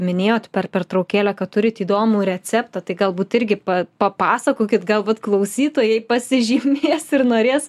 minėjot per pertraukėlę kad turit įdomų receptą tai galbūt irgi pa papasakokit galbūt klausytojai pasižymės ir norės